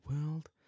world